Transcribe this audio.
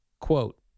Quote